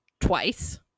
twice